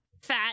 fat